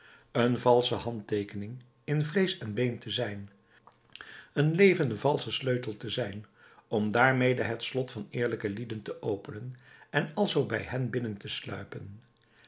een valsche handteekening in vleesch en been te zijn een levende valsche sleutel te zijn om daarmede het slot van eerlijke lieden te openen en alzoo bij hen binnen te sluipen